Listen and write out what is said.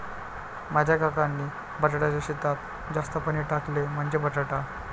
माझ्या काकांनी बटाट्याच्या शेतात जास्त पाणी टाकले, म्हणजे बटाटा